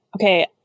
okay